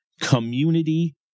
community